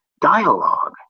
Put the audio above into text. dialogue